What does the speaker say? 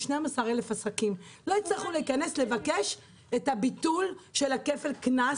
12,000 עסקים לא יצטרכו להיכנס לבקש את הביטול של כפל הקנס